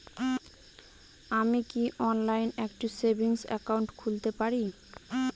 আমি কি অনলাইন একটি সেভিংস একাউন্ট খুলতে পারি?